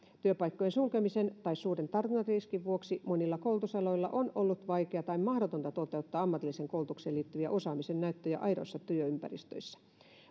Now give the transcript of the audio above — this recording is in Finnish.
työpaikkojen sulkemisen tai suuren tartuntariskin vuoksi monilla koulutusaloilla on ollut vaikeaa tai mahdotonta toteuttaa ammatilliseen koulutukseen liittyviä osaamisen näyttöjä aidoissa työympäristöissä